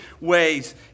ways